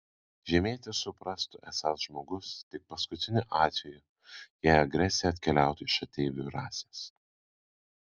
žemietis suprastų esąs žmogus tik paskutiniu atveju jei agresija atkeliautų iš ateivių rasės